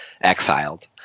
exiled